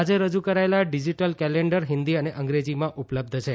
આજે રજૂ કરાયેલા ડિજીટલ કેલેન્ડર હિન્દી અને અંગ્રેજીમાં ઉપલબ્ધ છે